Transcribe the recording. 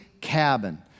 cabin